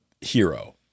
hero